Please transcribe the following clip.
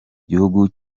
gihugu